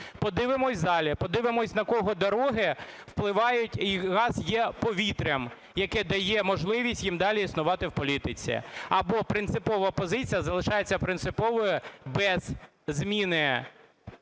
Подивимось у залі, подивимось, на кого дороги впливають, і газ є повітрям, яке дає можливість їм далі існувати в політиці. Або принципова позиція залишається принциповою без зміни